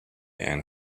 and